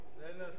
זה נשיא,